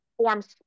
forms